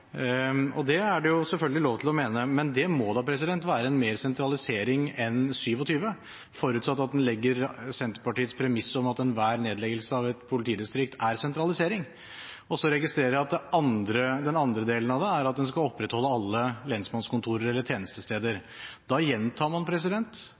det selvfølgelig lov til å mene. Men det må da være mer sentralisering enn 27, forutsatt at en legger til grunn Senterpartiets premiss om at enhver nedleggelse av et politidistrikt er sentralisering. Så registrerer jeg at den andre delen av det er at en skal opprettholde alle lensmannskontorer eller tjenestesteder. Da gjentar man